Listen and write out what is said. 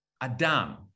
Adam